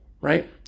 right